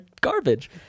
garbage